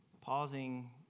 Pausing